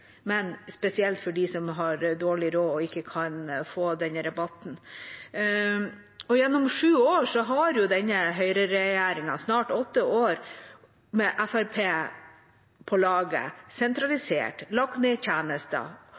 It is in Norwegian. for dem som har dårlig råd og ikke kan få denne rabatten. Gjennom snart åtte år har denne høyreregjeringa, med Fremskrittspartiet på laget, sentralisert, lagt ned tjenester